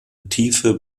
tiefe